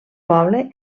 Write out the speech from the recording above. poble